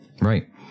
right